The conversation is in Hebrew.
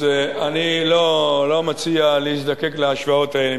אז אני לא מציע להזדקק להשוואות האלה.